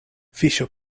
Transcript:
fiŝo